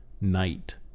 night